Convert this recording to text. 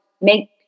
make